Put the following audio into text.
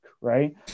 right